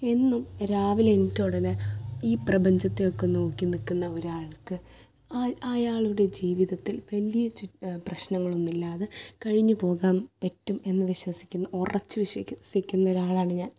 എന്നും രാവിലെ എണീറ്റാൽ ഉടൻ ഈ പ്രപഞ്ചത്തെയൊക്കെ നോക്കി നിൽക്കുന്ന ഒരാൾക്ക് ആ അയാളുടെ ജീവിതത്തിൽ വലിയ ചു പ്രശ്നങ്ങളൊന്നുമില്ലാതെ കഴിഞ്ഞ് പോകാൻ പറ്റും എന്ന് വിശ്വസിക്കുന്ന ഉറച്ച് വിശ്വസിക്കുന്ന ഒരാളാണ് ഞാൻ